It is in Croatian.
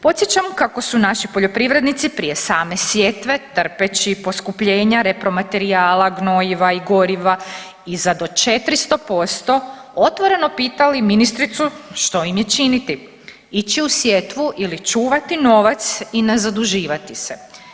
Podsjećam kako su naši poljoprivrednici prije same sjetve trpeći poskupljenja repromaterijala, gnojiva i goriva i za do 400% otvoreno pitali ministricu što im je činiti, ići u sjetvu ili čuvati novac i ne zaduživati se.